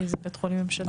כי זה בית חולים שלו.